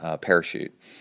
parachute